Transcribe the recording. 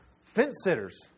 fence-sitters